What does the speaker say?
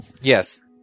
Yes